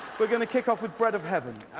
we're going to kick off with bread of heaven.